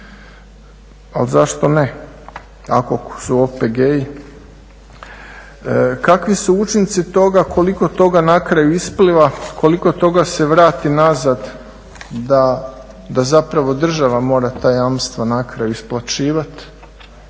Ali zašto ne ako su OPG-i. Kakvi su učinci toga, koliko toga na kraju ispliva, koliko toga se vrati nazad da zapravo država mora ta jamstva na kraju isplaćivati.